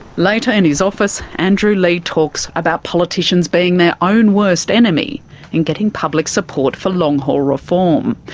later in his office, andrew leigh talks about politicians being their own worst enemy in getting public support for long-haul reform.